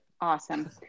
Awesome